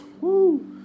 Woo